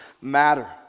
matter